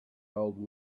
old